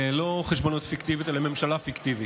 חשבונות פיקטיביות אלא ממשלה פיקטיבית.